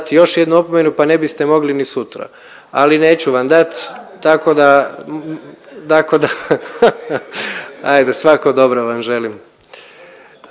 još jednu opomenu pa ne biste mogli ni sutra, ali neću vam dat tako da. Ajde svako dobro vam želim.